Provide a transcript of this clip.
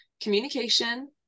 communication